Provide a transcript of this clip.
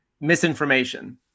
misinformation